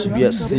yes